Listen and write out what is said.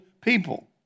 people